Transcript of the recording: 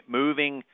moving